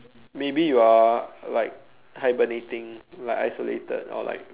maybe you are like hibernating like isolated or like